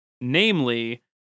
Namely